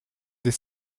des